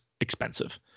expensive